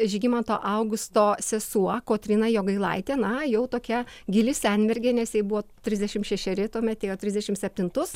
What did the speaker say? žygimanto augusto sesuo kotryna jogailaitė na jau tokia gili senmergė nes jai buvo trisdešim šešeri tuomet ėjo trisdešim septintus